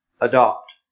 adopt